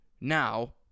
Now